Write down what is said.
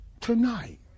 tonight